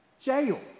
jail